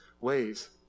ways